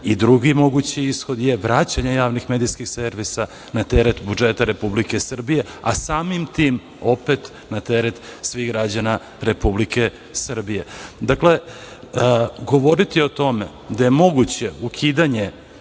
i drugi mogući ishod je vraćanje javnih medijskih servisa na teret budžeta Republike Srbije, a samim tim opet na teret svih građana Republike Srbije. Dakle, govoriti o tome da je moguće ukidanje